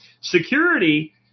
Security